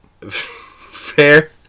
Fair